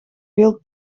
veel